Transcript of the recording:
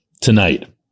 tonight